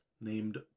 named